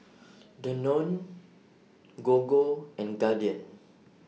Danone Gogo and Guardian